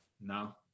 no